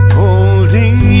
holding